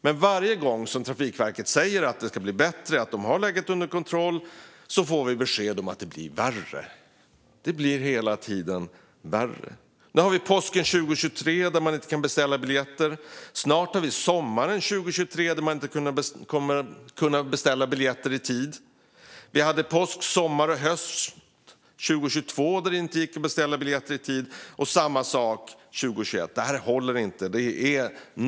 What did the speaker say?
Men varje gång som Trafikverket säger att det ska bli bättre och att de har läget under kontroll får vi besked om att det blir värre. Det blir hela tiden värre. Nu har vi påsken 2023 då man inte kan beställa biljetter. Snart har vi sommaren 2023 då man inte kommer att kunna beställa biljetter i tid. Vi hade påsk, sommar och höst 2022 då det inte gick att beställa biljetter i tid, och samma sak 2021. Det här håller inte!